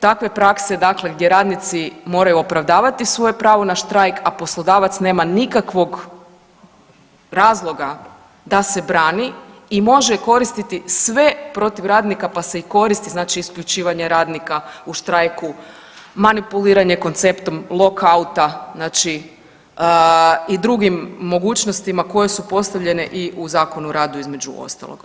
Takve prakse dakle gdje radnici moraju opravdavati svoje pravo na štrajk, a poslodavac nema nikakvog razloga da se brani i može koristiti sve protiv radnika, pa se i koristi znači isključivanje radnika u štrajku manipuliranje konceptom lock-outa, znači i drugim mogućnostima koje su postavljene i u Zakonu o radu, između ostalog.